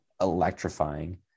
electrifying